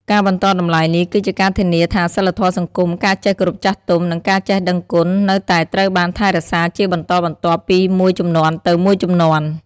ការបន្តតម្លៃនេះ គឺជាការធានាថាសីលធម៌សង្គម ការចេះគោរពចាស់ទុំ និងការចេះដឹងគុណនៅតែត្រូវបានថែរក្សាជាបន្តបន្ទាប់ពីមួយជំនាន់ទៅមួយជំនាន់។